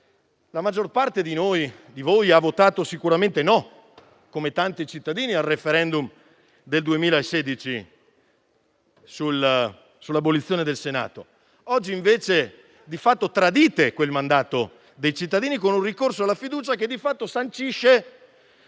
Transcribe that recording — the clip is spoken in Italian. la maggior parte di voi ha votato sicuramente no, come tanti cittadini, al *referendum* del 2016 sull'abolizione del Senato. Oggi invece tradite quel mandato dei cittadini con un ricorso alla fiducia che di fatto sancisce